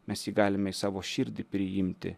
mes jį galime į savo širdį priimti